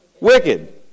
Wicked